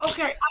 Okay